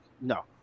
No